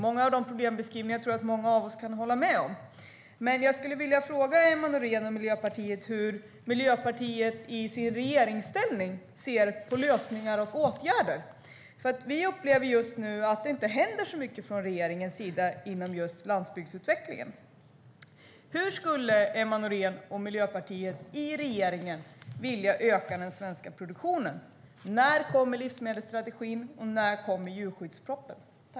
Flera av dessa beskrivningar tror jag att många av oss kan hålla med om, men jag vill fråga Emma Nohrén och Miljöpartiet hur Miljöpartiet i sin regeringsställning ser på lösningar och åtgärder. Vi upplever just nu att det inte händer så mycket från regeringens sida inom just landsbygdsutvecklingen. Hur skulle Emma Nohrén och Miljöpartiet i regeringen vilja öka den svenska produktionen? När kommer livsmedelsstrategin? När kommer djurskyddspropositionen?